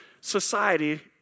society